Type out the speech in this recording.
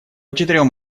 четырем